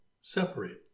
separate